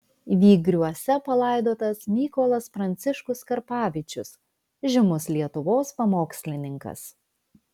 vygriuose palaidotas mykolas pranciškus karpavičius žymus lietuvos pamokslininkas